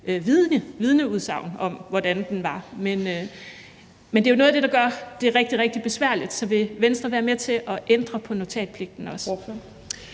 vidneudsagn om, hvordan den var. Men det er jo noget af det, der gør det rigtig, rigtig besværligt. Så vil Venstre også være med til at ændre på notatpligten? Kl.